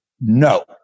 No